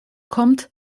kommt